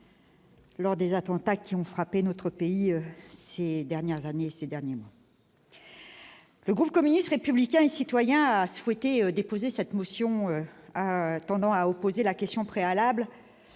Lors des attentats qui ont frappé notre pays ces dernières années, ces derniers mois. Vous communiste républicain et citoyen. Il a souhaité déposer cette motion tendant à opposer la question préalable